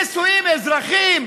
נישואים אזרחיים,